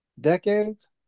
decades